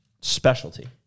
specialty